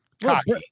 cocky